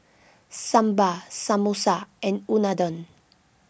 Sambar Samosa and Unadon